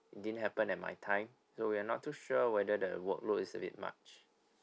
it didn't happen at my time so we're not too sure whether the work load is a bit much